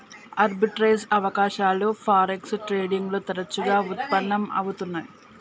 arbitrage అవకాశాలు forex trading లో తరచుగా వుత్పన్నం అవుతున్నై